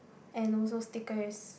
and also stickers